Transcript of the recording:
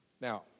Now